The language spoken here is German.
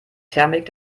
thermik